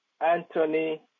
Anthony